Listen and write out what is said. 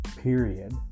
Period